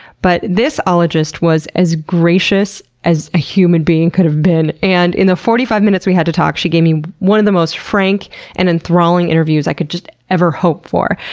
but this ologist was as gracious as a human being could have been, and in the forty five minutes we had to talk, she gave me one of the most frank and enthralling interviews i could ever hope for.